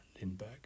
Lindbergh